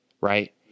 right